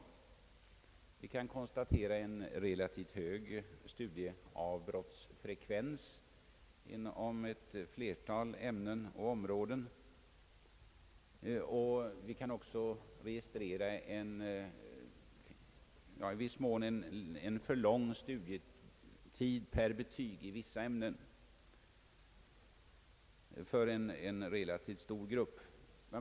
Vi har även kunnat konstatera en relativt hög studieavbrottsfrekvens inom ett flertal ämnen och områden, och vi kan också registrera en förlängd studietid per betyg i vissa ämnen för en relativt stor grupp.